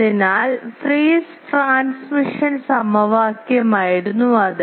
അതിനാൽ Friis transmission സമവാക്യമായിരുന്നു അത്